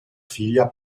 figlia